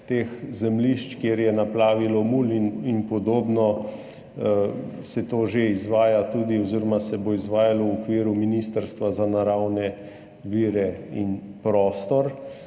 teh zemljišč, kjer je naplavilo mulj in podobno, se to že izvaja oziroma se bo izvajalo tudi v okviru Ministrstva za naravne vire in prostor.